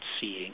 seeing